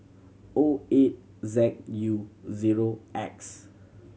O eight Z U zero X